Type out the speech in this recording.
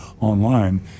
online